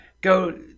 go